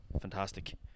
fantastic